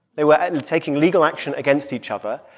they were taking legal action against each other.